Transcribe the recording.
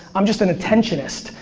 i'm just an attentionist.